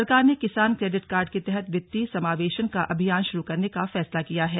सरकार ने किसान क्रेडिट कार्ड के तहत वित्तीय समावेशन का अभियान शुरू करने का फैसला किया है